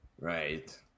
right